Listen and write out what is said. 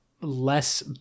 Less